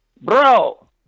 Bro